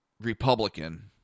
Republican